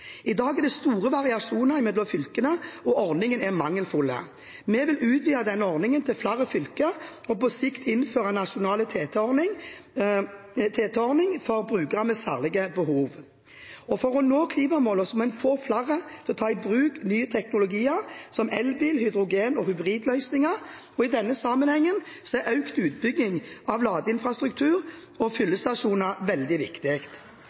I dag er det store variasjoner mellom fylkene, og ordningen er mangelfull. Vi vil utvide denne ordningen til flere fylker og på sikt innføre en nasjonal TT-ordning for brukere med særlige behov. For å nå klimamålene må en få flere til å ta i bruk nye teknologier, som elbil, hydrogen- og hybridløsninger. I denne sammenhengen er økt utbygging av ladeinfrastruktur og fyllestasjoner veldig viktig.